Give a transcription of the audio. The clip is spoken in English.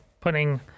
putting